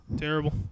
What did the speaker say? Terrible